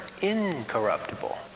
incorruptible